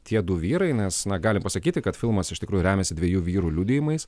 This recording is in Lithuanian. tie du vyrai nes na galim pasakyti kad filmas iš tikrųjų remiasi dviejų vyrų liudijimais